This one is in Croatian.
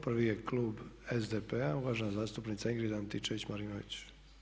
Prvi je Klub SDP-a, uvažena zastupnica Ingrid Antičević Marinović.